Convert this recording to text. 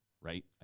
right